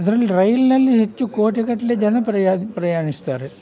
ಇದರಲ್ಲಿ ರೈಲಿನಲ್ಲಿ ಹೆಚ್ಚು ಕೋಟಿಗಟ್ಟಲೆ ಜನ ಪ್ರಯಾ ಪ್ರಯಾಣಿಸ್ತಾರೆ